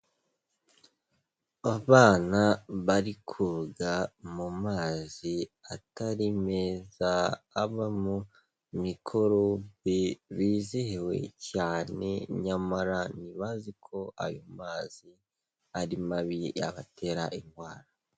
Abana bari koga mu mazi atari meza abamo mikorobi bizihiwe cyane nyamara ntibazi ko ayo mazi ari mabi yabatera indwara.